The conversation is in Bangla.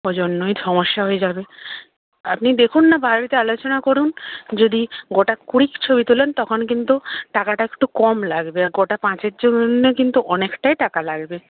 ওইজন্যই সমস্যা হয়ে যাবে আপনি দেখুন না বাড়িতে আলোচনা করুন যদি গোটা কুড়ি ছবি তোলেন তখন কিন্তু টাকাটা একটু কম লাগবে আর গোটা পাঁচের কিন্তু অনেকটাই টাকা লাগবে